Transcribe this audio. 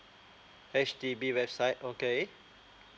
H_D_B website okay